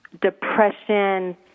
depression